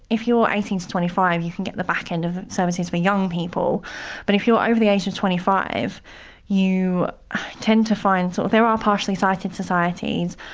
if you're eighteen twenty five you can get the backend of services for young people but if you're over the age of twenty five you tend to find so there are partially sighted societies,